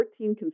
14